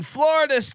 Florida